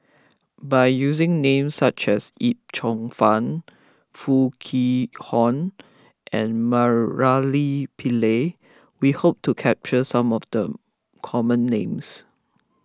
by using names such as Yip Cheong Fun Foo Kwee Horng and Murali Pillai we hope to capture some of the common names